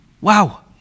Wow